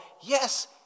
yes